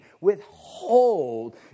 withhold